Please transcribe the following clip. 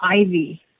ivy